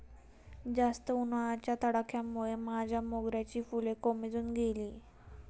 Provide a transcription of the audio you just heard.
जास्त उन्हाच्या तडाख्यामुळे माझ्या मोगऱ्याची फुलं कोमेजून गेली